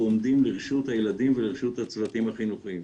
עומדים לרשות הילדים ולרשות הצוותים החינוכיים.